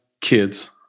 kids